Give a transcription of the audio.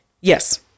Yes